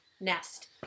nest